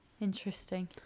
Interesting